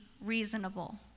reasonable